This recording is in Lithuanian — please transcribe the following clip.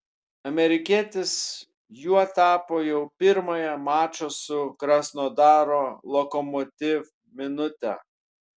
amerikietis juo tapo jau pirmąją mačo su krasnodaro lokomotiv minutę